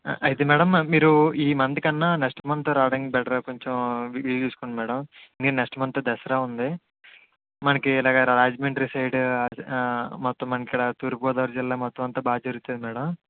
అయితే మ్యాడమ్ మీరు ఈ మంత్ కన్నా నెక్స్ట్ మంతే రావడం బెటర్ కొంచం వీలు చూసుకుని మ్యాడమ్ నెక్స్ట్ మంత్ దసరా ఉంది మనకి ఇలాగ రాజమండ్రి సైడ్ మొత్తం మనకిక్కడ తూర్పు గోదావరి జిల్లా మొత్తం బాగా జరుగుతాది మ్యాడమ్